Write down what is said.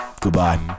Goodbye